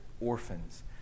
orphans